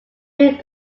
three